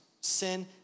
sin